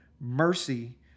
mercy